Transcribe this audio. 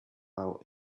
out